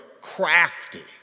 crafty